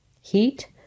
heat